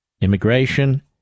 immigration